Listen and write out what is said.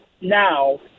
now